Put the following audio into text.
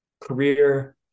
career